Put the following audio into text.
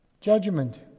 Judgment